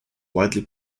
widely